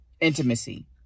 intimacy